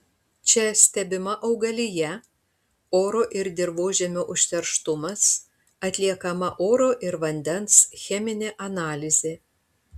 čia stebima augalija oro ir dirvožemio užterštumas atliekama oro ir vandens cheminė analizė